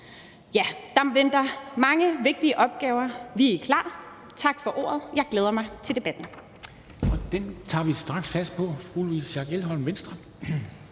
Ja, der venter mange vigtige opgaver. Vi er klar. Tak for ordet. Jeg glæder mig til debatten.